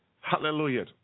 Hallelujah